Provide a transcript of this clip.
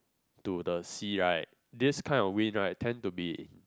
to the sea right this kind of wind right tend to be